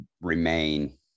remain